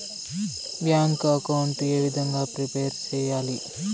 Bank account ఏ విధంగా prepare సెయ్యాలి?